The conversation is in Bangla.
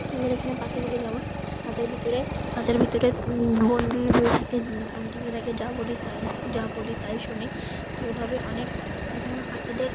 আমাদের এখানে পাখিগুলো যেমন খাঁচার ভিতরে খাঁচার ভিতরে বন্দি হয়ে থাকে বন্দি হয়ে থাকে যা বলি তাই যা বলি তাই শোনে এরকমভাবে অনেকরকমভাবে পাখিদের